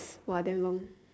!wah! damn long